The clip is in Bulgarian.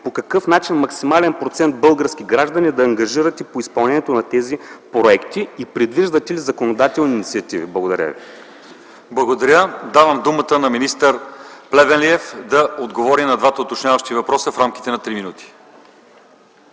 по какъв начин максимален процент български граждани да ангажирате по изпълнението на тези проекти и предвиждате ли законодателни инициативи? Благодаря ви. ПРЕДСЕДАТЕЛ ЛЪЧЕЗАР ИВАНОВ: Благодаря. Давам думата на министър Плевнелиев да отговори на двата уточняващи въпроса в рамките на три минути.